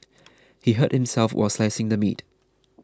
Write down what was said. he hurt himself while slicing the meat